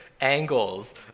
angles